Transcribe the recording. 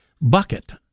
bucket